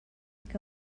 que